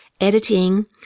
editing